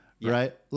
right